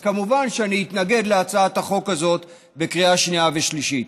כמובן שאני אתנגד להצעת החוק הזאת בקריאה שנייה ושלישית.